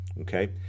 okay